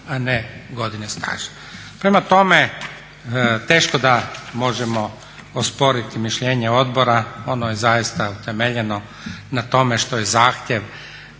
a ne godine staža. Prema tome, teško da možemo osporiti mišljenje odbora ono je zaista utemeljeno na tome što je zahtjev